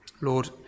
Lord